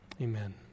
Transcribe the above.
Amen